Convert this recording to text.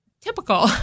typical